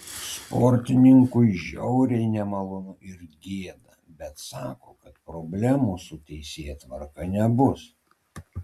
sportininkui žiauriai nemalonu ir gėda bet sako kad problemų su teisėtvarka nebus